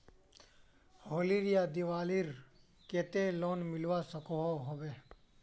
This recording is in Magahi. होली या दिवालीर केते लोन मिलवा सकोहो होबे?